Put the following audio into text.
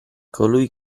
colui